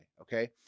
okay